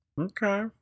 Okay